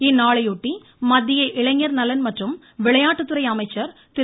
இந்நாளையொட்டி மத்திய இளைஞர் நலன் மற்றும் விளையாட்டுத்துறை அமைச்சர் திரு